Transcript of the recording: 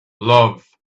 love